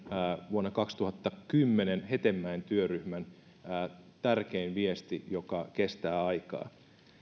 vuonna kaksituhattakymmenen pohjustaneen hetemäen työryhmän tärkein viesti joka kestää aikaa